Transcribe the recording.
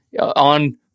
on